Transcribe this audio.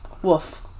Woof